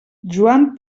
joan